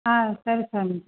ಹಾಂ ಸರಿ ಸ್ವಾಮೀಜಿ